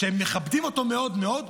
שהם מכבדים אותו מאוד מאוד,